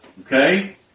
Okay